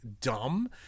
dumb